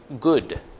good